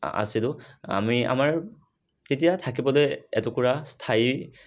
আ আছিলোঁ আমি আমাৰ তেতিয়া থাকিবলৈ এটুকুৰা স্থায়ী